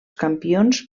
campions